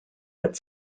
but